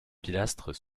pilastres